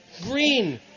green